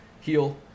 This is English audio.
heal